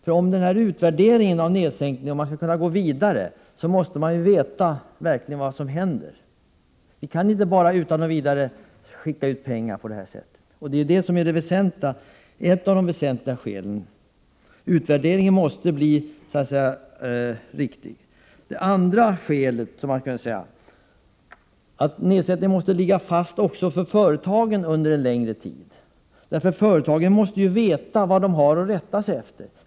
När det gäller utvärderingen av nedsättningen vill jag säga att om man skall kunna gå vidare måste man ju veta vad som verkligen händer. Vi kan inte bara utan vidare skicka ut pengar. Det är ett av de väsentliga skälen. Utvärderingen måste bli riktig. Det andra skälet är att nedsättningen måste ligga fast också för företagen under en längre tid. Företagen måste ju veta vad de har att rätta sig efter.